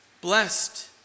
Blessed